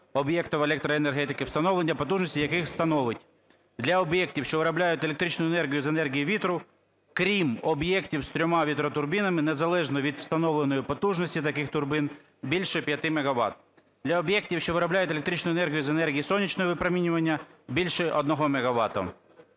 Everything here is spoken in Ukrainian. об'єктів електроенергетики, встановлена потужність яких становить: для об'єктів, що вироблять електричну енергію з енергії вітру (крім об'єктів з трьома вітротурбінами незалежно від встановленої потужності таких турбін), - більше 5 мегават; для об'єктів, що виробляють електричну енергію з енергії сонячного випромінювання, - більше 1